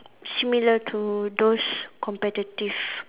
similar to those competitive